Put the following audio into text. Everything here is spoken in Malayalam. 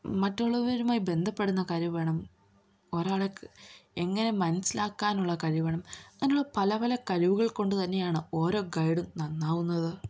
മറ്റുള്ളവരുമായി ബന്ധപ്പെടുന്ന കഴിവ് വേണം ഒരാളെ എങ്ങനെ മനസ്സിലാക്കാനുള്ള കഴിവ് വേണം അങ്ങനുള്ള പല പല കഴിവുകൾ കൊണ്ട് തന്നെയാണ് ഓരോ ഗൈഡും നന്നാവുന്നത്